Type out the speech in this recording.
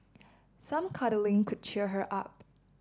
some cuddling could cheer her up